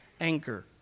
anchor